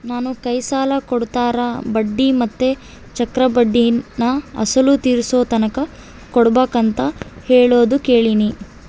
ನಾನು ಕೈ ಸಾಲ ಕೊಡೋರ್ತಾಕ ಬಡ್ಡಿ ಮತ್ತೆ ಚಕ್ರಬಡ್ಡಿನ ಅಸಲು ತೀರಿಸೋತಕನ ಕೊಡಬಕಂತ ಹೇಳೋದು ಕೇಳಿನಿ